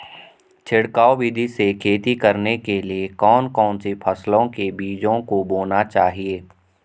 छिड़काव विधि से खेती करने के लिए कौन कौन सी फसलों के बीजों को बोना चाहिए?